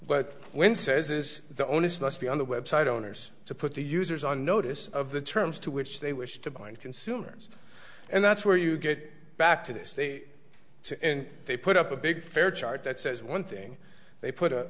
but when says is the onus must be on the website owners to put the users on notice of the terms to which they wish to bind consumers and that's where you get back to this to and they put up a big fair charge that says one thing they put a